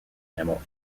mammal